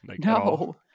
No